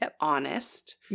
honest